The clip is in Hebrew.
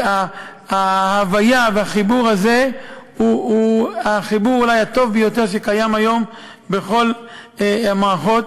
וההוויה והחיבור הזה הם החיבור אולי הטוב ביותר שקיים היום בכל המערכות.